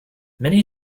many